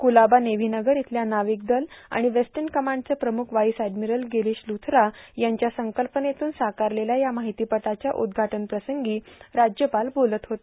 क्लाबा नेव्होनगर इथल्या नाावक दल आण वेस्टन कमांडचे प्रमुख व्हाईस अॅर्डामरल गिरोश लुथरा यांच्या संकल्पनेतून साकारलेल्या या मर्ाहतीपटाच्या उद्घाटनप्रसंगी राज्यपाल बोलत होते